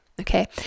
Okay